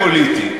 פוליטי.